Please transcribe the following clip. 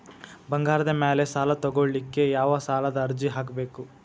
ಬಂಗಾರದ ಮ್ಯಾಲೆ ಸಾಲಾ ತಗೋಳಿಕ್ಕೆ ಯಾವ ಸಾಲದ ಅರ್ಜಿ ಹಾಕ್ಬೇಕು?